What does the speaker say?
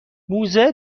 موزه